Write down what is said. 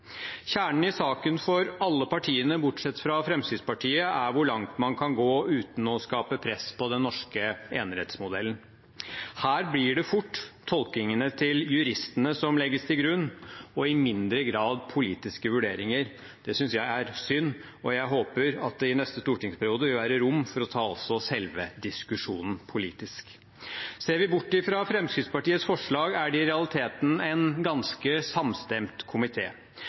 Kjernen i saken for alle partiene, bortsett fra Fremskrittspartiet, er hvor langt man kan gå uten å skape press på den norske enerettsmodellen. Her blir det fort tolkningene til juristene som legges til grunn, og i mindre grad politiske vurderinger. Det synes jeg er synd, og jeg håper at det i neste stortingsperiode vil være rom for også å ta selve diskusjonen politisk. Ser vi bort fra Fremskrittspartiets forslag, er det i realiteten en ganske samstemt